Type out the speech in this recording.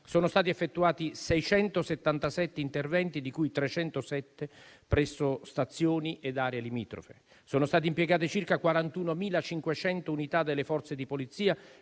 sono stati effettuati 677 interventi, di cui 307 presso stazioni e aree limitrofe. Sono state impiegate circa 41.500 unità delle Forze di polizia,